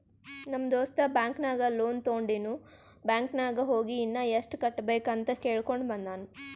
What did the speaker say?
ನಮ್ ದೋಸ್ತ ಬ್ಯಾಂಕ್ ನಾಗ್ ಲೋನ್ ತೊಂಡಿನು ಬ್ಯಾಂಕ್ ನಾಗ್ ಹೋಗಿ ಇನ್ನಾ ಎಸ್ಟ್ ಕಟ್ಟಬೇಕ್ ಅಂತ್ ಕೇಳ್ಕೊಂಡ ಬಂದಾನ್